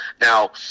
Now